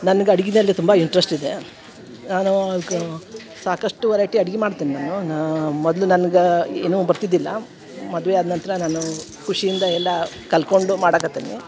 ನನ್ಗೆ ಅಡ್ಗಿಯಲ್ಲಿ ತುಂಬ ಇಂಟ್ರೆಸ್ಟ್ ಇದೆ ನಾನೂ ಕ ಸಾಕಷ್ಟು ವೆರೈಟಿ ಅಡ್ಗೆ ಮಾಡ್ತೀನಿ ನಾನು ನಾ ಮೊದಲು ನನ್ಗೆ ಏನೂ ಬರ್ತಿದ್ದಿಲ್ಲ ಮದುವೆ ಆದ ನಂತರ ನಾನು ಖುಷಿಯಿಂದ ಎಲ್ಲ ಕಲ್ತ್ಕೊಂಡು ಮಾಡಕತ್ತೀನಿ